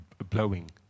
blowing